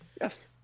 Yes